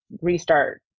restart